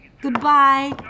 Goodbye